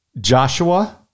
Joshua